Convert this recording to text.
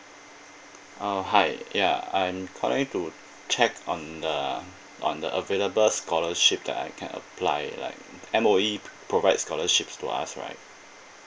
uh hu ya I'm calling to check on the on the available scholarship that I can apply like M_O_E provides scholarship to us right